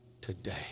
today